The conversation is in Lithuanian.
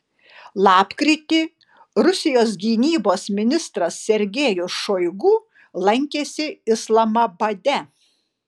lapkritį rusijos gynybos ministras sergejus šoigu lankėsi islamabade